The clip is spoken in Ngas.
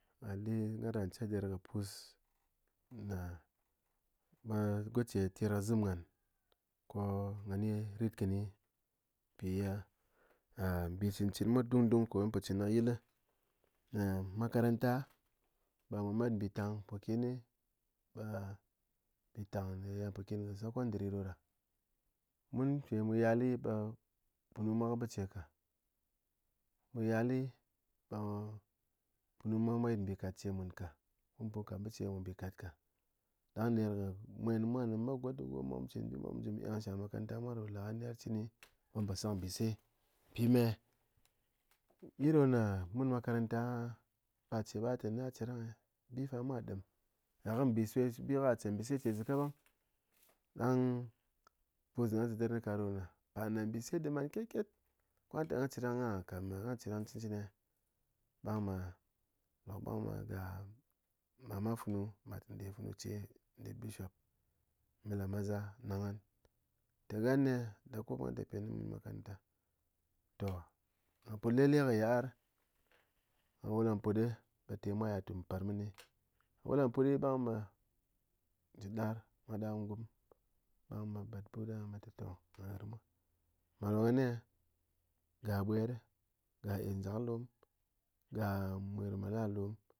A ni gha ran chedɨr kɨ pus ne ɓe goce ter kɨ zɨm ghán ko gha ni ritkɨni mpiye mbi cɨn cɨni mwa ɗungdung ko mun po chɨn kɨ nyi kɨ yil makaranta ɓe mu met mbitang mpokin ɓe mbitang me ye mpokin kɨ secondary ɗoɗa, mun pi mu ya ɓe punu mwa kɨ ɓice ka, mu yali ɓe punu mwa mwa yit mbikat ce mun ka, mun put kat ɓice ko mbikat ka, ɗang ner kɨ mwen mwa mu met godogo mwa mu chin bi mwa mu ji mu eng shall makaranta ɗo le kɨ har cɨni mun po se kɨ mbise, mpime, nyi ɗo ne mun makaranta aha parche ɓa tena cherang'e, bi fa mwa ɗɨm, gha kɨ mbi shwe bi ka chet mbise che zéka ɓang ɗang pus ne gha chedɨr ka ɗo ne par ne mbise dɨm ghán ketket, ko gha nte gha cherang ko gha kame, gha cherang cɨn cɨni e, ɓang ɓe, lok ɓang ɓe ga mama funu mat ndefunu che nde bishop maza nang ghan nté gha ne dakup mwa te pené ghan makaranta, to ghá put lele kɨ yi'ar, gha wul gha put ɓe te mwa ya tum mpér mɨni, ghá wul ghá puɗi ɓang ɓe, ji ɗar mwa ɗar ngum, ɓang ɓe ɓat but ɓe te ghá gɨr mwa, me ɗo gha ni e, ga ɓwer, ga es jaklom, ga mwir malar lóm